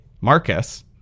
Marcus